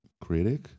critic